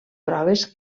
proves